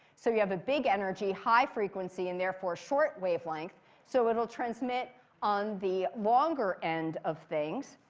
so you have a big energy, high frequency, and therefore short wavelength. so it will transmit on the longer end of things.